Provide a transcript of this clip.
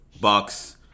Bucks